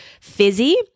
fizzy